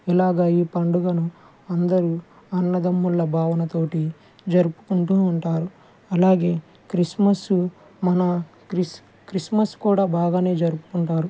ఇలాగా ఈ పండుగను అందరు అన్నదమ్ముల భావన తోటి జరుపుకుంటూ ఉంటారు అలాగే క్రిస్మస్ మన క్రిస్ క్రిస్మస్ కూడా బాగానే జరుపుకుంటారు